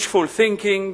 wishful thinking,